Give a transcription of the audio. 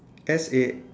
S A